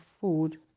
food